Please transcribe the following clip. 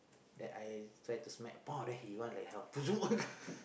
then I try to smack !wah! then he run like hell